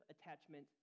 attachment